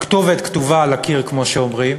הכתובת כתובה על הקיר, כמו שאומרים,